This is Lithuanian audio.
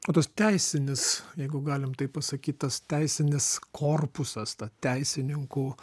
o tas teisinis jeigu galim taip pasakyt tas teisinis korpusas ta teisininkų